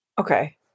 Okay